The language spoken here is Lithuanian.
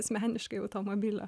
asmeniškai automobilio